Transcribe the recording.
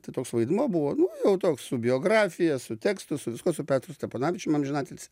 tai toks vaidmuo buvo nu jau toks su biografija su tekstu su viskuo su petru steponavičium amžinatilsį